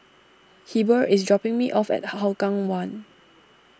Heber is dropping me off at Hougang one